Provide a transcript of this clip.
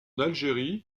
algérie